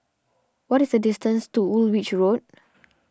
what is the distance to Woolwich Road